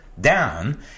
down